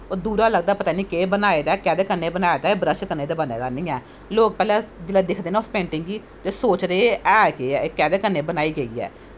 ओह् दूरा दा लगदा पता नी केह् बनाए दा ऐ कियां बनाए दा ऐ ब्रश कन्नै ते बने दा नी ऐ लोग पैह्लैं जिसलै दिखदे न उस पेंटिंग गी सोचदे है केह् ऐ केह्दै कन्नै बनाए दा ऐ